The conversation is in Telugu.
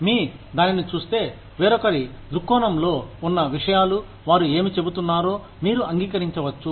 కాబట్టి మీ దానిని చూస్తే వేరొకరి దృక్కోణంలో ఉన్న విషయాలు వారు ఏమి చెబుతున్నారో మీరు అంగీకరించవచ్చు